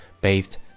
bathed